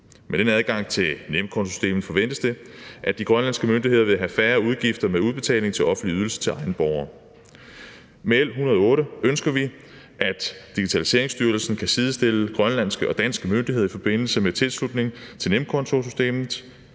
Med den adgang til nemkontosystemet forventes det, at de grønlandske myndigheder vil have færre udgifter med udbetaling til offentlige ydelser til egne borgere. Med L 108 ønsker vi, at Digitaliseringsstyrelsen kan sidestille grønlandske og danske myndigheder i forbindelse med tilslutning til nemkontosystemet.